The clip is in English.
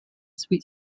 sweet